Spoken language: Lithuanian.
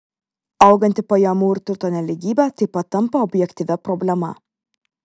auganti pajamų ir turto nelygybė taip pat tampa objektyvia problema